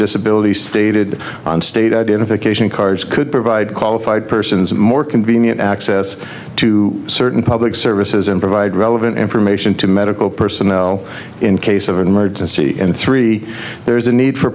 disabilities stated on state identification cards could provide qualified persons more convenient access to certain public services provide relevant information to medical personnel in case of an emergency and three there is a need for